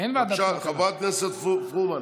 חברת הכנסת פרומן.